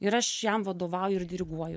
ir aš jam vadovauju ir diriguoju